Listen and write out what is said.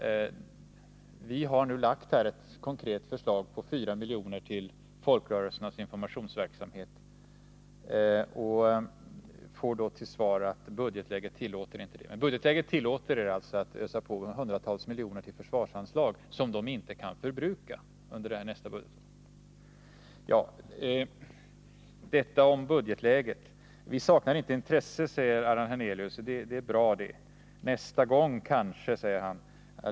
Vi har lagt ett konkret förslag på fyra miljoner till folkrörelsernas informationsverksamhet och får till svar att budgetläget inte tillåter det. Men budgetläget tillåter alltså att riksdagen öser ut hundratals miljoner i försvarsanslag, som försvaret inte kan förbruka under nästa budgetår. — Detta om budgetläget. Vi saknar inte intresse för den här saken, säger Allan Hernelius. Det är bra. Nästa gång kanske, säger han.